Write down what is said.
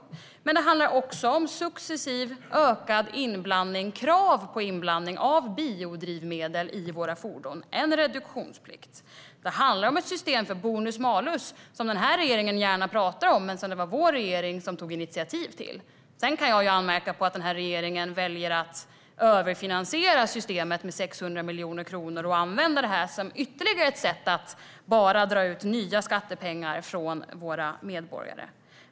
Men det handlar också om krav på inblandning av biodrivmedel i våra fordon - en reduktionsplikt. Det handlar om ett system för bonus-malus, som den här regeringen gärna pratar om men som det var vår regering som tog initiativ till. Jag kan anmärka på att denna regering väljer att överfinansiera systemet med 600 miljoner kronor och använda det som ytterligare ett sätt att dra ut nya skattepengar från våra medborgare.